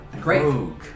great